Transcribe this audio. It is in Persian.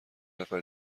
نفر